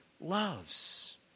loves